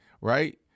right